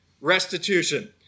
restitution